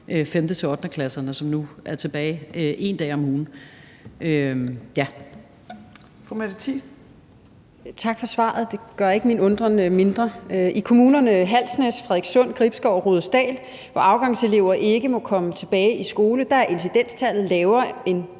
næstformand (Trine Torp): Fru Mette Thiesen. Kl. 15:45 Mette Thiesen (NB): Tak for svaret. Det gør ikke min undren mindre. I kommunerne Halsnæs, Frederikssund, Gribskov og Rudersdal, hvor afgangselever ikke må komme tilbage i skole, er incidenstallet lavere end